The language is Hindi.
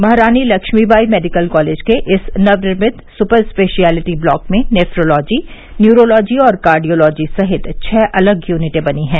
महारानी लक्ष्मीबाई मेडिकल कॉलेज के इस नवनिर्मित सुपर स्पेशलिटी ब्लॉक में नेफ्रोलॉजी न्यूरोलॉजी और कार्डियोलॉजी सहित छह अलग यूनिटें बनी हैं